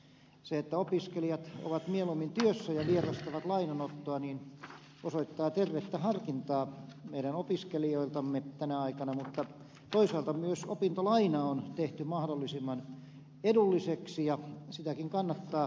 se että opiskelijat ovat mieluimmin työssä ja vierastavat lainanottoa osoittaa tervettä harkintaa meidän opiskelijoiltamme tänä aikana mutta toisaalta myös opintolaina on tehty mahdollisimman edulliseksi ja sitäkin kannattaa myös vastuullisesti harkita